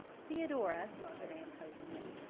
theodora, said anne coaxingly,